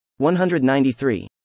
193